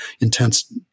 intense